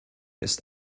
ist